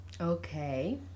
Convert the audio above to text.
Okay